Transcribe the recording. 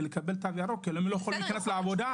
לקבל תו ירוק - כי הם לא יכולים להיכנס לעבודה.